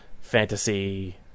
fantasy